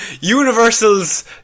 Universal's